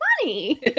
funny